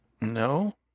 No